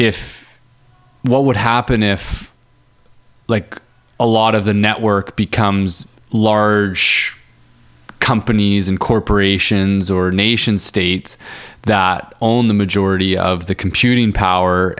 if what would happen if like a lot of the network becomes large companies and corporations or nation states that owned the majority of the computing